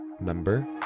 member